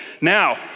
Now